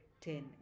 ten